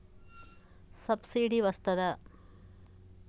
Subsidy వస్తదా?